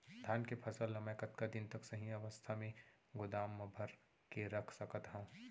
धान के फसल ला मै कतका दिन तक सही अवस्था में गोदाम मा भर के रख सकत हव?